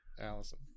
Allison